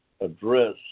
address